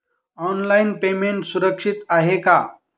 Online payment सुरक्षित आहे का?